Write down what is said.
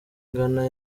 igana